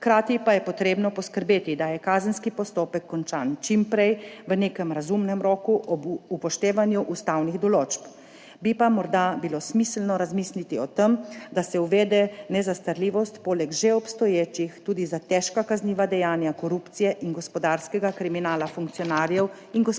hkrati pa je potrebno poskrbeti, da je kazenski postopek končan čim prej, v nekem razumnem roku ob upoštevanju ustavnih določb. Bi pa morda bilo smiselno razmisliti o tem, da se uvede nezastarljivost poleg za že obstoječe tudi za težka kazniva dejanja korupcije in gospodarskega kriminala funkcionarjev in gospodarstvenikov.